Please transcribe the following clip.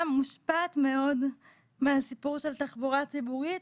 מושפעת מאוד מהסיפור של תחבורה ציבורית,